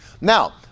Now